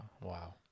Wow